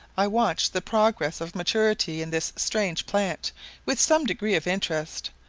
i watched the progress of maturity in this strange plant with some degree of interest,